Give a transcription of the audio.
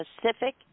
Pacific